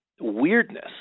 weirdness